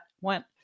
went